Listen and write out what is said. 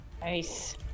Nice